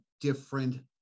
different